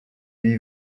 lui